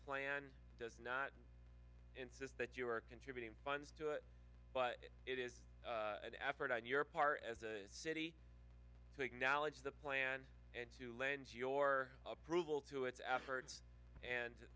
plan does not insist that you are contributing funds to it but it is an effort on your part as a city take knowledge of the plan and to lend your approval to its efforts and